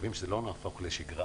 מקווים שזה לא יהפוך לשגרה